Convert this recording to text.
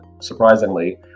surprisingly